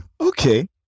Okay